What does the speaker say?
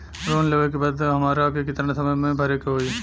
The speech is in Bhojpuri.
लोन लेवे के बाद हमरा के कितना समय मे भरे के होई?